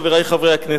חברי חברי הכנסת,